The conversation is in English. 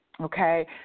Okay